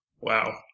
Wow